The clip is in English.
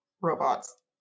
robots